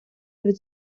від